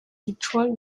detroit